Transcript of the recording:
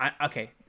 Okay